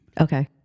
Okay